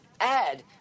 add